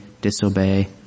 disobey